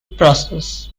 process